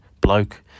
Bloke